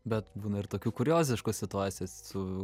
bet būna ir tokių kurioziškų situacijų su